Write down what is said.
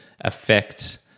affect